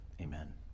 Amen